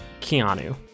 Keanu